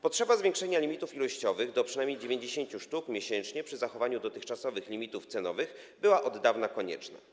Potrzeba zwiększenia limitów ilościowych do przynajmniej 90 sztuk miesięcznie z zachowaniem dotychczasowych limitów cenowych była od dawna konieczna.